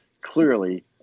clearly